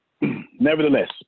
Nevertheless